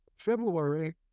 February